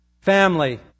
family